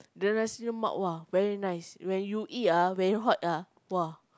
the nasi-lemak !wah! very nice when you eat ah very hot ah !wah!